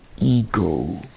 ego